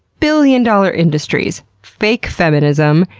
billion-dollar industries, fake feminism,